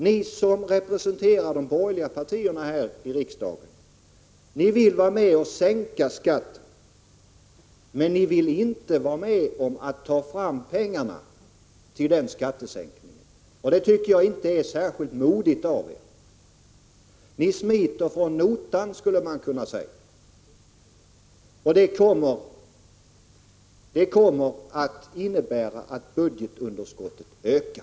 Ni som representerar de borgerliga partierna här i riksdagen vill vara med och sänka skatten, men ni vill inte vara med om att ta fram pengarna till skattesänkningen. Det tycker jaginte är särskilt modigt av er. Ni smiter från notan, skulle man kunna säga. Det kommer att innebära att budgetunderskottet ökar.